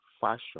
fashion